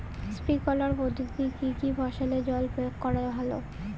Sprinkler পদ্ধতিতে কি কী ফসলে জল প্রয়োগ করা ভালো?